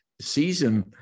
season